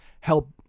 help